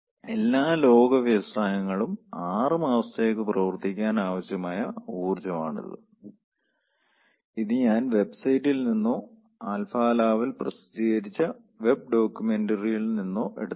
എല്ലാ ലോക വ്യവസായങ്ങളും 6 മാസത്തേക്ക് പ്രവർത്തിക്കാൻ ആവശ്യമായ ഊർജ്ജം ആണ് അത് ഇത് ഞാൻ വെബ്സൈറ്റിൽ നിന്നോ ആൽഫ ലാവൽ പ്രസിദ്ധീകരിച്ച വെബ് ഡോക്യുമെന്റിൽ നിന്നോ എടുത്തതാണ്